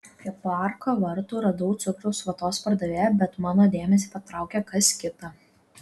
prie parko vartų radau cukraus vatos pardavėją bet mano dėmesį patraukė kas kita